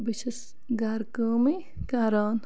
بہٕ چھَس گَرٕ کٲمٕے کَران